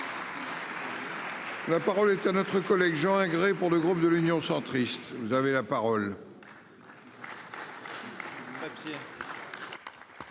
La parole est à notre collègue Jean agrée pour le groupe de l'Union centriste, vous avez la parole.